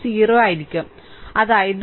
അതിനാൽ പരിഹാരം നൽകിയിരിക്കുന്നു